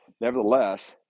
nevertheless